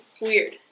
weird